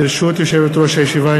ברשות יושבת-ראש הישיבה,